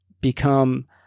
become